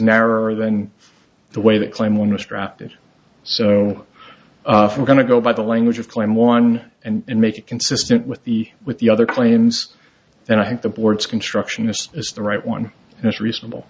narrower than the way that claim was drafted so if we're going to go by the language of claim one and make it consistent with the with the other claims then i think the board's constructionist is the right one and it's reasonable